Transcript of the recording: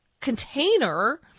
container